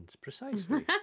precisely